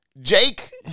Jake